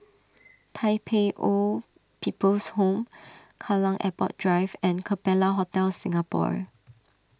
Tai Pei Old People's Home Kallang Airport Drive and Capella Hotel Singapore